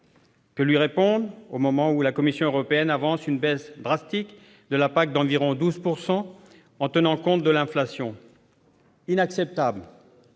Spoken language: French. Que lui répondre au moment où la Commission européenne avance une baisse drastique de la PAC d'environ 12 %, en tenant compte de l'inflation ? Inacceptable !